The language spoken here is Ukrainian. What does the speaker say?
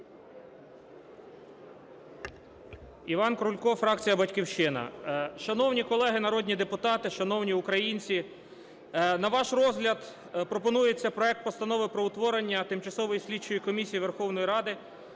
Іван Крулько, фракція "Батьківщина". Шановні колеги народні депутати, шановні українці! На ваш розгляд пропонується проект Постанови про утворення Тимчасової слідчої комісії Верховної Ради